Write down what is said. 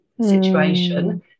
situation